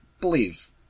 believe